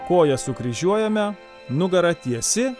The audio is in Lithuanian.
kojas sukryžiuojame nugara tiesi